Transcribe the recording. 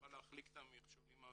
שנוכל להחליק את המכשולים הבירוקראטיים.